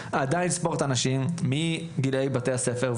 לספורט הנשים בישראל,